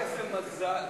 איזה מזל.